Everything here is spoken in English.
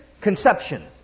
conception